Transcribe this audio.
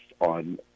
on